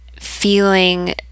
feeling